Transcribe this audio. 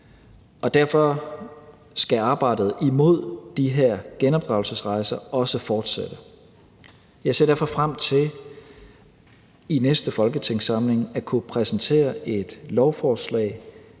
Derfor skal arbejdet imod de her genopdragelsesrejser også fortsætte. Jeg ser derfor frem til i næste folketingssamling at kunne præsentere et lovforslag,